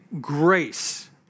grace